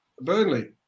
Burnley